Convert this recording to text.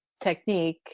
technique